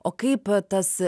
o kaip tas